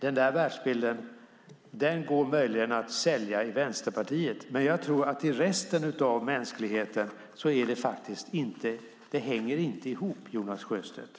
Den världsbilden går möjligen att sälja i Vänsterpartiet, men jag tror inte att den hänger ihop för resten av mänskligheten.